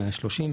130,